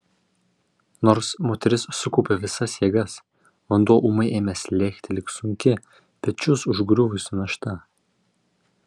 nors moteris sukaupė visas jėgas vanduo ūmai ėmė slėgti lyg sunki pečius užgriuvusi našta